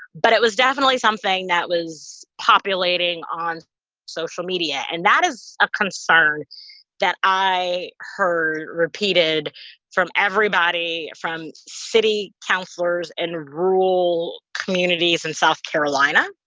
but it was definitely something that was populating on social media. and that is a concern that i heard repeated from everybody from city counselors in rural communities in south carolina